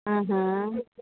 हा हा